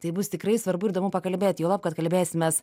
tai bus tikrai svarbu ir įdomu pakalbėti juolab kad kalbėsimės